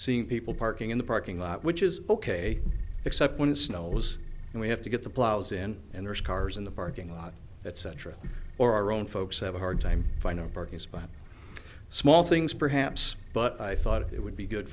seeing people parking in the parking lot which is ok except when it snows and we have to get the plows in and there's cars in the parking lot etc or our own folks have a hard time finding a parking spot small things perhaps but i thought it would be good